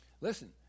Listen